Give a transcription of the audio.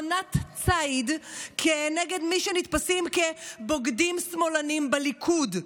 עונת ציד כנגד מי שנתפסים כ"בוגדים שמאלנים" בליכוד,